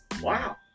Wow